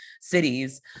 cities